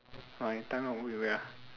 my timer a bit weird ah